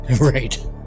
Right